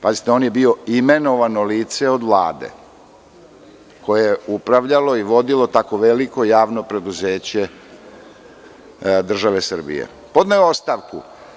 Pazite, on je bio imenovano lice od Vlade koje je upravljalo i vodilo tako veliko javno preduzeće države Srbije, on je podneo ostavku.